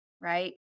right